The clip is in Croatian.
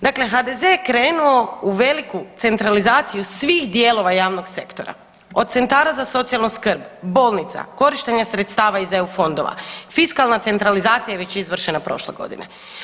Dakle HDZ-e je krenuo u veliku centralizaciju svih dijelova javnog sektora: od centara za socijalnu skrb, bolnica, korištenja sredstava iz EU fondova, fiskalna centralizacija je već izvršena prošle godine.